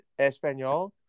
español